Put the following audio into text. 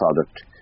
product